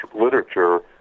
literature